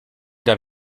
der